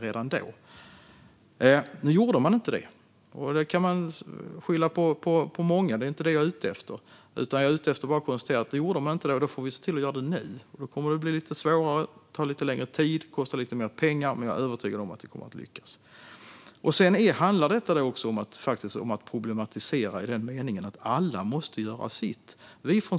Men nu gjorde man inte det, vilket man kan skylla på många, men det är inte det jag är ute efter. Utan jag konstaterar att eftersom man inte gjorde det då får vi göra det nu. Det kommer att bli lite svårare, ta lite längre tid och kosta lite mer pengar, men jag är övertygad om att vi kommer att lyckas. Det handlar också om att problematisera i den meningen att alla måste göra sitt.